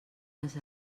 les